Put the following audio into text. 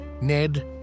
Ned